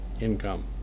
income